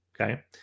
Okay